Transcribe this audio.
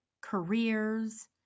careers